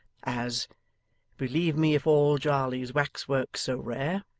as believe me if all jarley's wax-work so rare'